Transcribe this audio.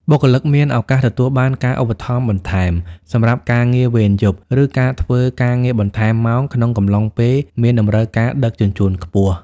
បុគ្គលិកមានឱកាសទទួលបានការឧបត្ថម្ភបន្ថែមសម្រាប់ការងារវេនយប់ ឬការធ្វើការងារបន្ថែមម៉ោងក្នុងកំឡុងពេលមានតម្រូវការដឹកជញ្ជូនខ្ពស់។